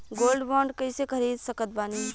Gold bond कईसे खरीद सकत बानी?